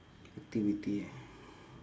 activity